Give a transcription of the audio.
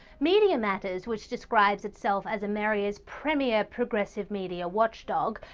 media matters, which describes itself as america's premier progressive media watchdog,